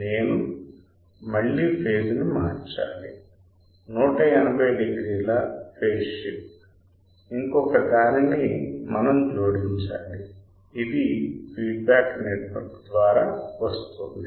నేను మళ్ళీ ఫేజ్ ని మార్చాలి 180 డిగ్రీల ఫేజ్ షిఫ్ట్ ఇంకొక దానిని మనం జోడించాలి ఇది ఫీడ్బ్యాక్ నెట్వర్క్ ద్వారా వస్తుంది